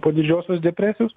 po didžiosios depresijos